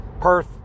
Perth